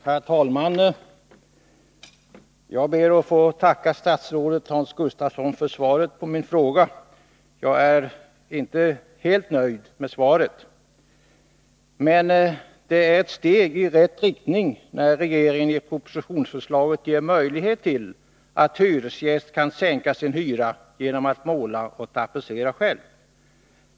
Herr talman! Jag ber att få tacka statsrådet Hans Gustafsson för svaret på min fråga. Jag är inte helt nöjd med svaret, men det är ett steg i rätt riktning när regeringen i propositionsförslaget ger möjlighet till att hyresgästen sänker sin hyra genom att måla och tapetsera själv.